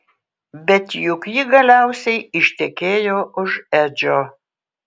bet juk ji galiausiai ištekėjo už edžio